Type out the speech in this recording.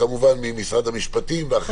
וכמובן ממשרד המשפטים ואחרים.